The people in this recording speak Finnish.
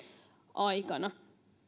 aikana